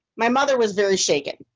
my mother was very shaken.